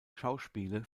schauspiele